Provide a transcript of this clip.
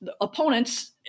opponents